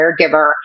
caregiver